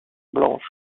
blanche